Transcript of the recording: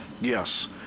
yes